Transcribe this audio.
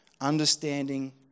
understanding